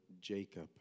Jacob